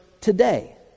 today